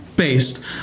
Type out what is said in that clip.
based